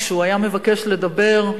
כשהוא היה מבקש לדבר,